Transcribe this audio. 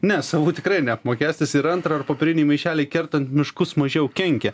ne savų tikrai neapmokestis ir antra ar popieriniai maišeliai kertant miškus mažiau kenkia